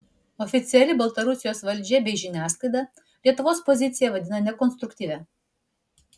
oficiali baltarusijos valdžia bei žiniasklaida lietuvos poziciją vadina nekonstruktyvia